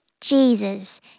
Jesus